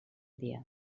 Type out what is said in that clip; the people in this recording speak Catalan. dia